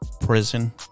Prison